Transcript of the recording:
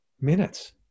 minutes